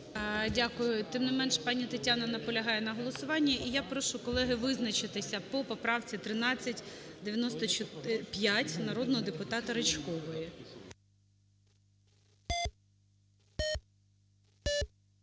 Дякую. Тим не менш, пані Тетяна наполягає на голосуванні. І я прошу, колеги, визначитися по поправці 1395 народного депутата Ричкової.